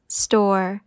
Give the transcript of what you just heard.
store